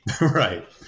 right